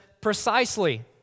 precisely